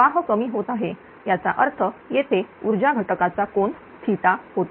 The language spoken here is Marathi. प्रवाह कमी होत आहे याचा अर्थ येथे ऊर्जा घटकाचा कोन थिटा होता